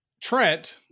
Trent